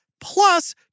plus